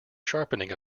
sharpening